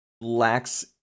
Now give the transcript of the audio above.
lacks